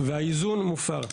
והאיזון מופר.